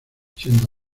siendo